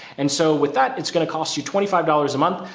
and so with that, it's going to cost you twenty five dollars a month.